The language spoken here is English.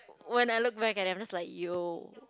when I look back I'm just like yo